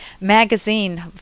magazine